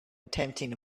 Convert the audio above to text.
attempting